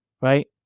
Right